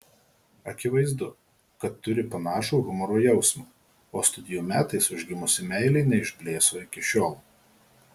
akivaizdu kad turi panašų humoro jausmą o studijų metais užgimusi meilė neišblėso iki šiol